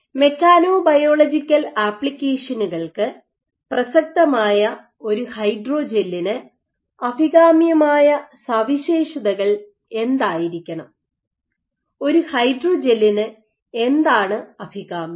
mechanobiological ആപ്ലിക്കേഷനുകൾക്ക് പ്രസക്തമായ ഒരു ഹൈഡ്രോജെല്ലിന് അഭികാമ്യമായ സവിശേഷതകൾ എന്തായിരിക്കണം ഒരു ഹൈഡ്രോജെല്ലിന് എന്താണ് അഭികാമ്യം